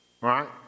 Right